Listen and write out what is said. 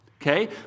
Okay